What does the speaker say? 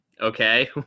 Okay